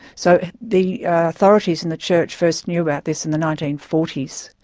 so the authorities in the church first knew about this in the nineteen forty s,